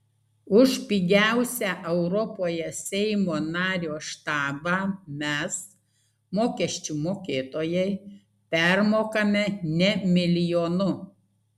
už pigiausią europoje seimo nario štabą mes mokesčių mokėtojai permokame ne milijonu